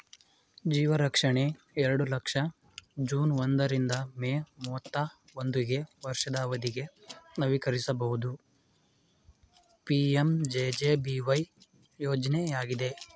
ಜೀವರಕ್ಷಣೆ ಎರಡು ಲಕ್ಷ ಜೂನ್ ಒಂದ ರಿಂದ ಮೇ ಮೂವತ್ತಾ ಒಂದುಗೆ ವರ್ಷದ ಅವಧಿಗೆ ನವೀಕರಿಸಬಹುದು ಪಿ.ಎಂ.ಜೆ.ಜೆ.ಬಿ.ವೈ ಯೋಜ್ನಯಾಗಿದೆ